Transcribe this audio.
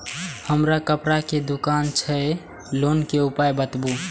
हमर कपड़ा के दुकान छै लोन के उपाय बताबू?